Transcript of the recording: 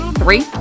three